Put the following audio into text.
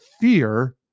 fear